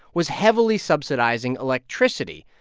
was heavily subsidizing electricity.